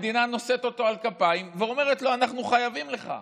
המדינה נושאת אותו על כפיים ואומרת לו: אנחנו חייבים לך.